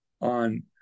on